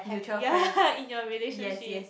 have ya in your relationship